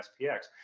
SPX